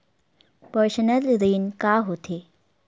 Personal ऋण का होथे?